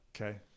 Okay